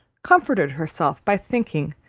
comforted herself by thinking,